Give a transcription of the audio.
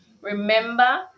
remember